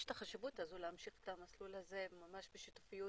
יש את החשיבות הזו להמשיך את המסלול הזה ממש בשיתוף.